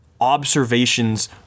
observations